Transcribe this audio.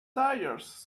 tires